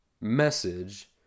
message